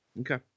okay